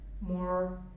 more